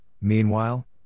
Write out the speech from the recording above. meanwhile